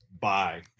Bye